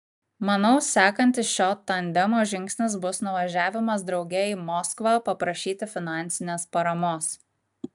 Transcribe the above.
manau sekantis šio tandemo žingsnis bus nuvažiavimas drauge į moskvą paprašyti finansinės paramos